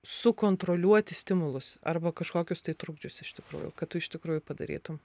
sukontroliuoti stimulus arba kažkokius tai trukdžius iš tikrųjų kad tu iš tikrųjų padarytum